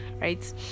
right